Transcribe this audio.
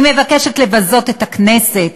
היא מבקשת לבזות את הכנסת